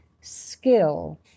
skill